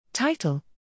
Title